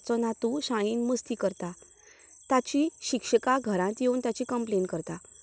ताचो नातूं शाळेंत मस्ती करता ताची शिक्षिका घरांत येवन ताची कंप्लेन करता